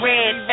Red